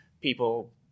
people